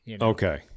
Okay